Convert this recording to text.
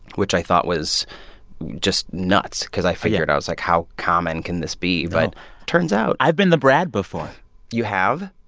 which i thought was just nuts cause i figured i was like, how common can this be? no but turns out. i've been the brad before you have?